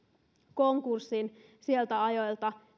konkurssin niiltä ajoilta